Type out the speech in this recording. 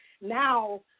Now